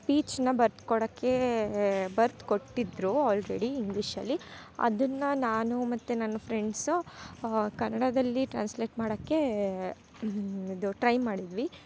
ಸ್ಪೀಚ್ನ ಬರೆದ್ಕೊಡಕ್ಕೆ ಬರೆದ್ಕೊಟ್ಟಿದ್ರು ಆಲ್ರೆಡಿ ಇಂಗ್ಲೀಷಲ್ಲಿ ಅದನ್ನ ನಾನು ಮತ್ತು ನನ್ನ ಫ್ರೆಂಡ್ಸು ಕನ್ನಡದಲ್ಲಿ ಟ್ರ್ಯಾನ್ಸ್ಲೆಟ್ ಮಾಡೋಕ್ಕೆ ಇದು ಟ್ರೈ ಮಾಡಿದ್ವಿ